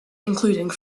including